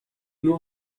nur